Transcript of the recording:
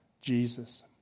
Jesus